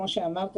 כמו שאמרתי,